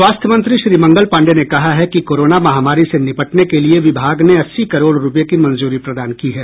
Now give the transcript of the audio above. स्वास्थ्य मंत्री श्री मंगल पांडेय ने कहा है कि कोरोना महामारी से निबटने के लिए विभाग ने अस्सी करोड़ रुपये की मंजूरी प्रदान की है